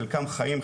חלקם חיים,